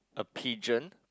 a pigeon